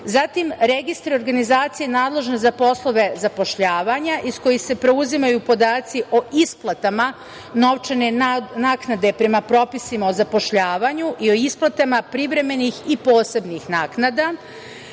Zatim, registar organizacije nadležne za poslove zapošljavanja iz kojih se preuzimaju podaci o isplatama novčane naknade prema propisima o zapošljavanju i o isplatama privremenih i posebnih naknada. Zatim,